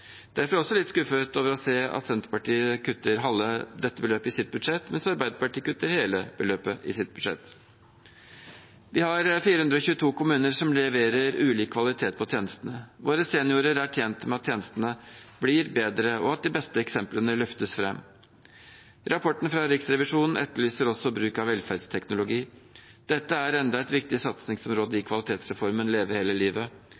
Derfor er jeg også litt skuffet over å se at Senterpartiet kutter halve dette beløpet i sitt budsjett, mens Arbeiderpartiet kutter hele beløpet i sitt budsjett. Vi har 422 kommuner som leverer ulik kvalitet på tjenestene. Våre seniorer er tjent med at tjenestene blir bedre, og at de beste eksemplene løftes fram. Rapporten fra Riksrevisjonen etterlyser også bruk av velferdsteknologi. Dette er enda et viktig satsingsområde i kvalitetsreformen «Leve hele livet».